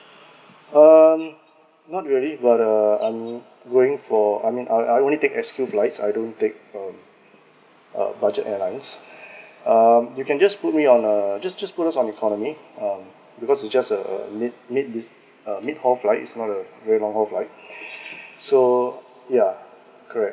um not really but uh I'm going for I mean I I only take flight I don't take um uh budget airlines um you can just put me on a just just put us on economy because is just a a mid mid this mid haul flight is not a very long haul flight so yeah correct